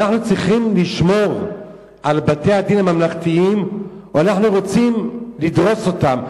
אנחנו צריכים לשמור על בתי-הדין הממלכתיים או שאנחנו רוצים לדרוס אותם?